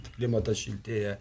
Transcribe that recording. klimatas šiltėja